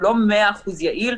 הוא לא מאה אחוז יעיל,